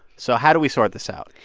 so how do we sort this out?